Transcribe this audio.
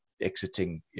exiting